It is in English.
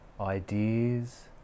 ideas